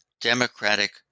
Democratic